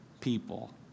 people